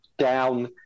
down